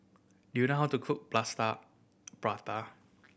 do you know how to cook Plaster Prata